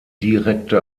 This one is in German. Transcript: direkte